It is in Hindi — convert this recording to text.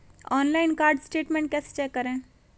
ऑनलाइन कार्ड स्टेटमेंट कैसे चेक करें?